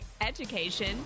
Education